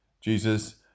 Jesus